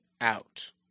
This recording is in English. out